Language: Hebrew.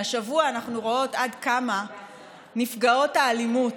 והשבוע אנחנו רואות עד כמה נפגעות האלימות,